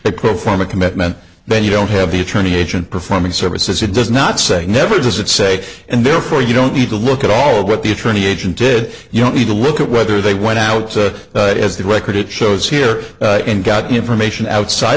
the quote from a commitment then you don't have the attorney agent performing services it does not say never does it say and therefore you don't need to look at all but the attorney agent did you don't need to look at whether they went out as the record it shows here and got information outside